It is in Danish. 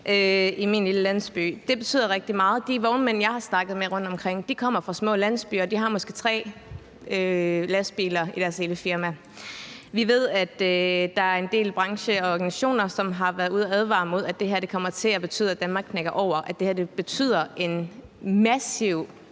i min lille landsby. Det betyder rigtig meget, og de vognmænd, jeg har snakket med rundtomkring, kommer fra små landsbyer, og de har måske tre lastbiler i deres ene firma. Vi ved, at der er en del brancheorganisationer, som har været ude at advare om, at det her kommer til at betyde, at Danmark knækker over, og at det betyder et massivt